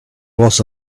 was